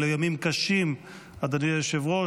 אלה ימים קשים בישראל,